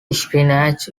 spinach